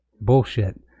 bullshit